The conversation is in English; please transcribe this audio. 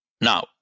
Now